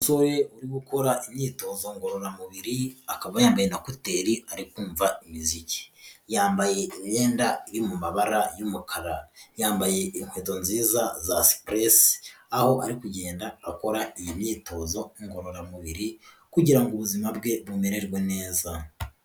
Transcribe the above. Umusore uri gukora imyitozo ngororamubiri akaba yambaye na ekuterii ari kumva imiziki, yambaye imyenda iri mu mabara y'umukara, yambaye inkweto nziza za supuresi, aho ari kugenda akora iyi myitozo ngororamubiri kugirango ubuzima bwe bumererwe neza.